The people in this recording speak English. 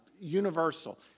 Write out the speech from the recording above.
Universal